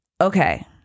Okay